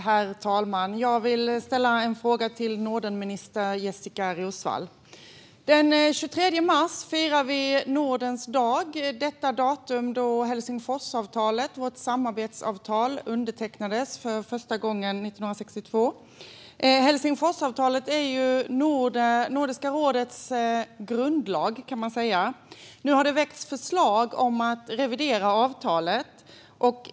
Herr talman! Jag vill ställa en fråga till Nordenminister Jessika Roswall. Den 23 mars firar vi Nordens dag. Detta var det datum då Helsingsforsavtalet, vårt samarbetsavtal, undertecknades för första gången 1962. Helsingforsavtalet är Nordiska rådets grundlag, kan man säga. Nu har det väckts förslag om att revidera avtalet.